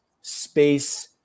space